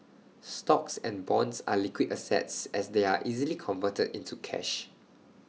stocks and bonds are liquid assets as they are easily converted into cash